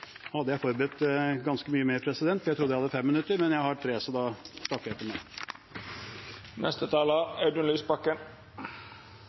Nå hadde jeg forberedt ganske mye mer, for jeg trodde at jeg hadde fem minutter, men jeg har tre minutter, så da takker jeg for meg. Granavolden-plattformen varsler en gjennomgang av det